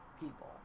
people